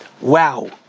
Wow